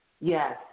Yes